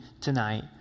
tonight